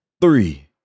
Three